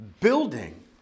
building